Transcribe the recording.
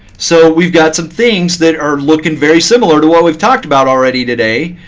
so we've got some things that are looking very similar to what we've talked about already today.